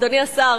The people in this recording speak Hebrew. אדוני השר